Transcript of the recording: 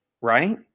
Right